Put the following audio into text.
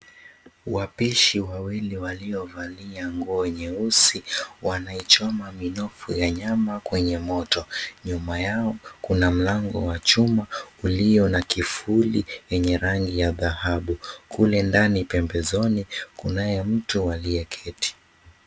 Wapishi wawili waliovalia nguo nyeusi wanaichoma minofu ya nyama kwenye moto. Nyuma yao kuna mlango wa chuma ulio na kifuli yenye rangi ya dhahabu. Kule ndani pembezoni kunaye mtu aliyeketi.